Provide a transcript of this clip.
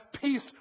peace